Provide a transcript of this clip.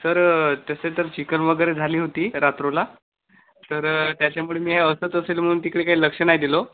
sir तसं तर chicken वगैरे झाली होती रात्रीला तर त्याच्यामुळे मी असत असेल म्हणून तिकडे काही लक्ष नाही दिलं